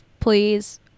please